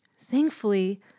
Thankfully